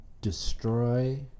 destroy